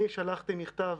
אני שלחתי מכתב.